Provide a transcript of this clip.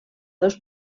dos